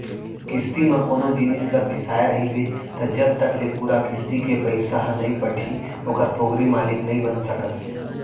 किस्ती म कोनो जिनिस ल बिसाय रहिबे त जब तक ले पूरा किस्ती के पइसा ह नइ पटही ओखर पोगरी मालिक नइ बन सकस